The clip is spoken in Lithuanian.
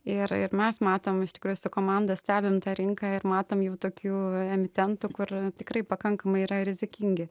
ir ir mes matom iš tikrųjų su komanda stebim tą rinką ir matom jau tokių emitentų kur tikrai pakankamai yra rizikingi